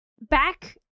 Back